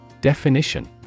Definition